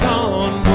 Gone